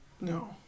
No